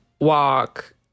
walk